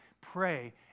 pray